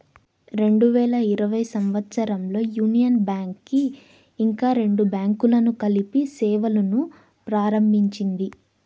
రెండు వేల ఇరవై సంవచ్చరంలో యూనియన్ బ్యాంక్ కి ఇంకా రెండు బ్యాంకులను కలిపి సేవలును ప్రారంభించింది